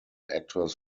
actors